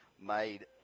made